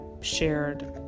shared